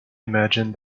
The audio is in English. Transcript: imagined